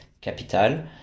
CAPITAL